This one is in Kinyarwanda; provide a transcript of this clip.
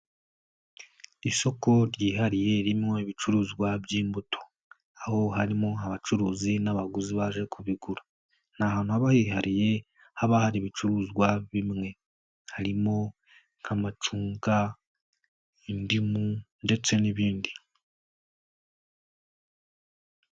Isoko ryihariye ririmo ibicuruzwa by'imbuto aho harimo abacuruzi n'abaguzi baje kubigura, ni ahantu haba hihariye haba hari ibicuruzwa bimwe, harimo nk'amacunga, indimu ndetse n'ibindi.